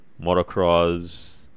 motocross